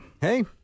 Hey